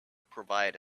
provide